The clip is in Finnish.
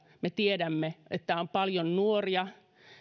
me tiedämme että erityisesti itä suomessa on paljon nuoria